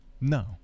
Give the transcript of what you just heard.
No